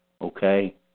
okay